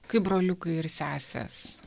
kaip broliukai ir sesės